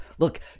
Look